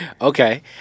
Okay